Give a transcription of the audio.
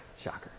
shocker